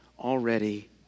already